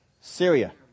Syria